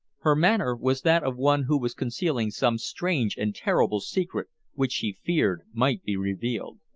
her manner was that of one who was concealing some strange and terrible secret which she feared might be revealed.